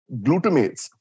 glutamates